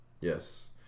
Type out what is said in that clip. yes